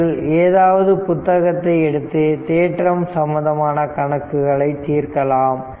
நீங்கள் ஏதாவது புத்தகத்தை எடுத்து தேற்றம் சம்பந்தமான கணக்குகளை தீர்க்கலாம்